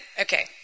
okay